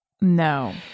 No